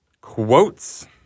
quotes